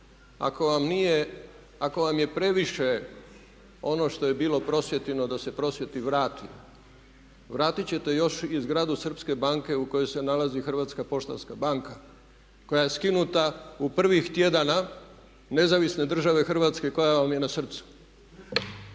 ako vam je previše ono što je bilo Prosvjetino da se Prosvjeti vrati. Vratit ćete još i zgradu srpske banke u kojoj se nalazi Hrvatska poštanska banka koja je skinuta u prvih tjedana Nezavisne države Hrvatske koja vam je na srcu.